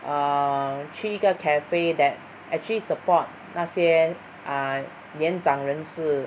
err 去一个 cafe that actually support 那些年长人士